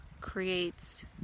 creates